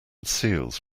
seals